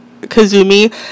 kazumi